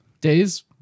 Days